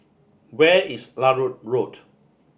where is Larut Road